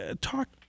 talk